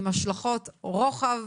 עם השלכות רוחב,